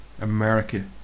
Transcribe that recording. America